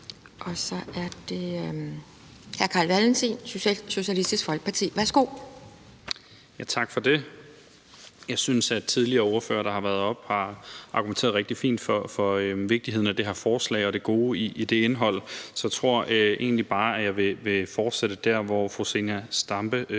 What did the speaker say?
Så er det hr. Carl Valentin, Socialistisk Folkeparti. Værsgo. Kl. 15:46 (Ordfører) Carl Valentin (SF): Tak for det. Jeg synes, at tidligere ordførere, der har været heroppe, har argumenteret rigtig fint for vigtigheden af det her forslag og det gode i indholdet, så jeg tror egentlig bare, at jeg vil fortsætte der, hvor fru Zenia Stampe